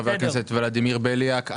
חבר הכנסת ולדימיר בליאק.